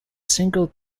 single